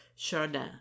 Chardin